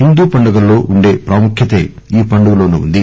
హిందూ పండుగల్లో ఉండే ప్రాముఖ్యతే ఈ పండుగలోనూ ఉంది